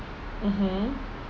mmhmm